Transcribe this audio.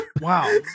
Wow